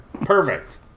Perfect